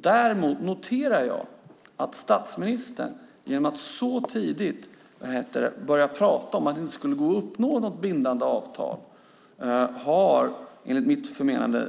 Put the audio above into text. Däremot har statsministern genom att så tidigt börja prata om att det inte skulle gå att uppnå något bindande avtal skadat processen, enligt mitt förmenande,